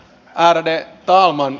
ärade talman